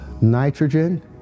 nitrogen